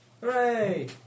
Hooray